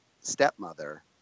stepmother